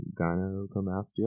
gynecomastia